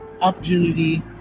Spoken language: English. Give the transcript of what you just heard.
opportunity